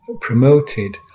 promoted